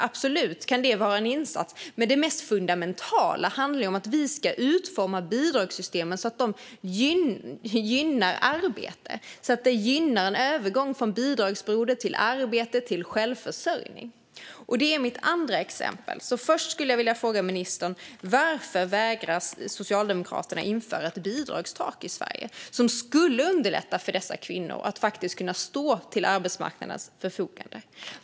Det kan absolut vara en insats, men det mest fundamentala handlar om att vi ska utforma bidragssystemen så att de gynnar arbete och en övergång från bidragsberoende till arbete och självförsörjning. Det är mitt andra exempel. Jag skulle alltså vilja fråga ministern: Varför vägrar Socialdemokraterna att införa ett bidragstak i Sverige? Det skulle underlätta för dessa kvinnor att kunna stå till arbetsmarknadens förfogande.